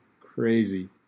Crazy